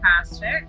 fantastic